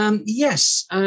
Yes